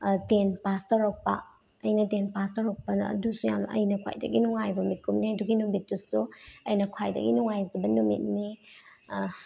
ten pass ꯇꯧꯔꯛꯄ ꯑꯩꯅ ten pass ꯇꯧꯔꯛꯄ ꯑꯗꯨꯁꯨ ꯌꯥꯝ ꯑꯩꯅ ꯈ꯭ꯋꯥꯏꯗꯒꯤ ꯅꯨꯡꯉꯥꯏꯕ ꯃꯤꯀꯨꯞꯅꯦ ꯑꯗꯨꯒꯤ ꯅꯨꯃꯤꯠꯇꯨꯁꯨ ꯑꯩꯅ ꯈ꯭ꯋꯥꯏꯗꯒꯤ ꯅꯨꯡꯉꯥꯏꯖꯕ ꯅꯨꯃꯤꯠꯅꯤ